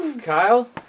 Kyle